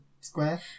Square